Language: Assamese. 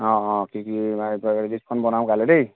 অঁ অঁ কি কি লিষ্টখন বনাম কাইলে দেই